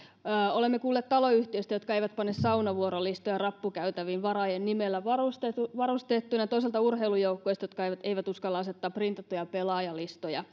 olemme kuulleet taloyhtiöistä jotka eivät pane saunavuorolistoja rappukäytäviin varaajien nimellä varustettuina varustettuina toisaalta urheilujoukkueista jotka eivät eivät uskalla asettaa printattuja pelaajalistoja